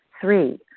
Three